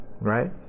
right